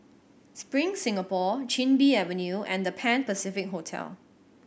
Spring Singapore Chin Bee Avenue and The Pan Pacific Hotel